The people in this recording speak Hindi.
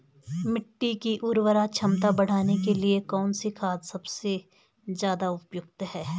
मिट्टी की उर्वरा क्षमता बढ़ाने के लिए कौन सी खाद सबसे ज़्यादा उपयुक्त है?